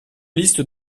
liste